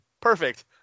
Perfect